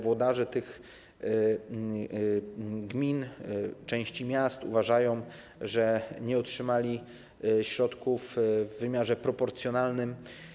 Włodarze gmin, części miast uważają, że nie otrzymali środków w wymiarze proporcjonalnym.